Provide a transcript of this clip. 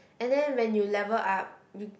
and then when you level up